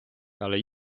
але